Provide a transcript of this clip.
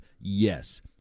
yes